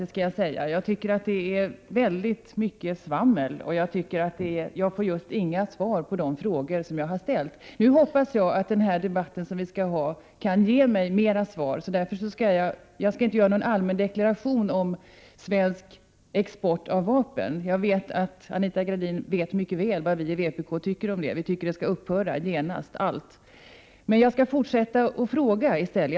Det består i mycket av svammel, och jag får just inte några svar på de frågor som jag har ställt. Jag hoppas nu att jag genom denna diskussion kan få bättre svar. Jag avser inte att göra någon allmän deklaration om svensk export av vapen. Jag vet att Anita Gradin är mycket väl medveten om att vi i vpk anser att den totala vapenexporten genast skall upphöra. Jag skall i stället fortsätta att fråga.